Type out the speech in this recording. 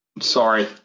sorry